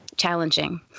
challenging